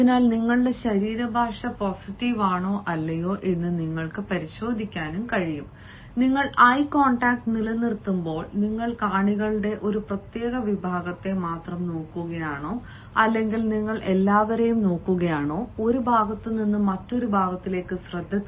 അതിനാൽ നിങ്ങളുടെ ശരീരഭാഷ പോസിറ്റീവ് ആണോ അല്ലയോ എന്ന് നിങ്ങൾക്ക് പരിശോധിക്കാനും കഴിയും നിങ്ങൾ ഐ കോൺടാക്ട് നിലനിർത്തുമ്പോൾ നിങ്ങൾ കാണികളുടെ ഒരു പ്രത്യേക വിഭാഗത്തെ മാത്രം നോക്കുകയാണോ അല്ലെങ്കിൽ നിങ്ങൾ എല്ലാവരേയും നോക്കുകയാണോ ഒരു ഭാഗത്ത് നിന്ന് മറ്റൊന്നിലേക്ക് ശ്രദ്ധ